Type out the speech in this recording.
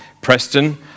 Preston